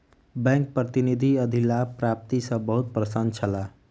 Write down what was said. bank प्रतिनिधि अधिलाभ प्राप्ति सॅ बहुत प्रसन्न छला